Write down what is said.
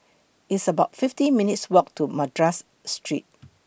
It's about fifty minutes' Walk to Madras Street